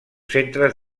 centres